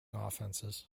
offenses